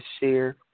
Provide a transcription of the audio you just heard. share